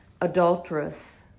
adulterous